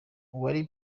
uwari